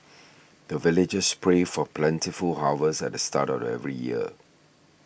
the villagers pray for plentiful harvest at the start of every year